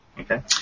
Okay